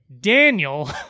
Daniel